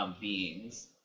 beings